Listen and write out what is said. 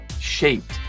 shaped